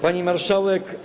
Pani Marszałek!